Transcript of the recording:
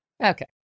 Okay